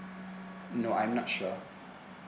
no I'm not sure